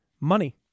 money